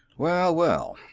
well, well!